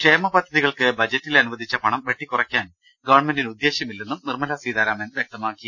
ക്ഷേമപദ്ധതികൾക്ക് ബജറ്റിൽ അനുവദിച്ച പണം വെട്ടിക്കുറയ്ക്കാൻ ഗവൺമെന്റിന് ഉദ്ദേശ്യമില്ലെന്നും നിർമല സീതാരാമൻ വൃക്തമാക്കി